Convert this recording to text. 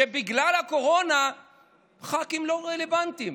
שבגלל הקורונה הח"כים לא רלוונטיים.